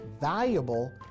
valuable